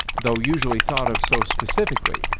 though usually thought of so specifically,